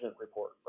report